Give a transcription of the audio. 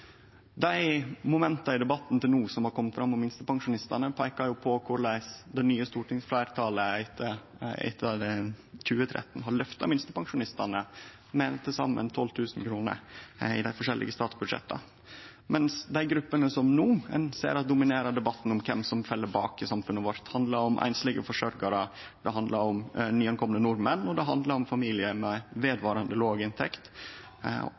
Dei momenta i debatten som har kome fram om minstepensjonistane til no, peiker på korleis det nye stortingsfleirtalet etter 2013 har løfta minstepensjonistane med til saman 12 000 kr i dei forskjellige statsbudsjetta. Men dei gruppene som ein no ser dominerer debatten om kven som heng etter i samfunnet vårt, handlar om einslege forsørgjarar, om nykomne nordmenn, og det handlar om familiar med vedvarande låg inntekt.